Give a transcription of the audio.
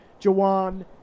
Jawan